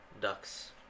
ducks